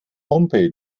homepage